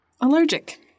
allergic